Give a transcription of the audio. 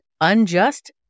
unjust